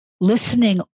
listening